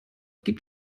gibt